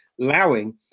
allowing